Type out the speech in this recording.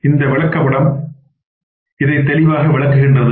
இதை இந்த விளக்கப்படம் தெளிவாக விளக்குகின்றது